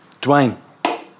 Dwayne